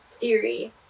theory